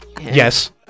Yes